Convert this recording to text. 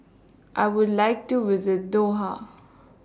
I Would like to visit Doha